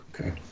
Okay